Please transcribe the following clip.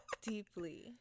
deeply